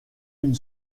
une